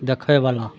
देखैवला